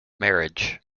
marriage